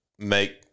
make